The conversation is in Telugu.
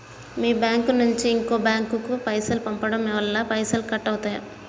మీ బ్యాంకు నుంచి ఇంకో బ్యాంకు కు పైసలు పంపడం వల్ల పైసలు కట్ అవుతయా?